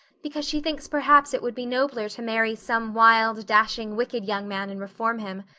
because she thinks perhaps it would be nobler to marry some wild, dashing, wicked young man and reform him.